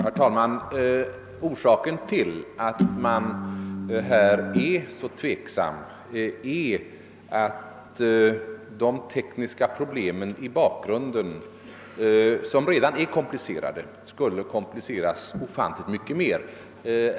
Herr talman! Orsaken till att man är så tveksam är att de tekniska problemen i bakgrunden, som redan är komplicerade, skulle kompliceras ofantligt mycket mer.